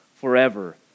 forever